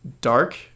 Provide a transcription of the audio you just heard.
Dark